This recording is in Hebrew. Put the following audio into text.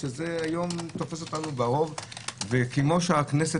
כמו שהכנסת,